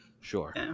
sure